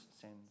sins